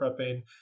prepping